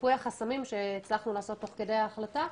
אחרי מיפוי החסמים שהצלחנו לעשות תוך כדי ההחלטה,